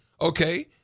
Okay